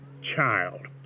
child